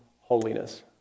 holiness